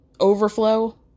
Overflow